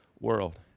world